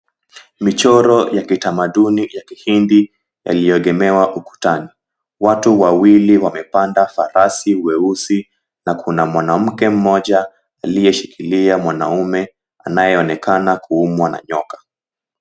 Michoro ya kitamaduni ya Kihindi yaliyoegemewa ukutani, watu wawili wamepanda farasi weusi, na kuna mwanamke mmoja aliyeshikilia mwanamme anayeonekana kuumwa na nyoka.